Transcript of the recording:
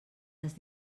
les